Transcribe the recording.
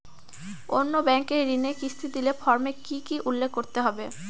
অন্য ব্যাঙ্কে ঋণের কিস্তি দিলে ফর্মে কি কী উল্লেখ করতে হবে?